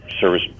service